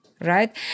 Right